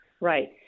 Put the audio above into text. Right